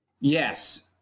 Yes